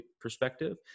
perspective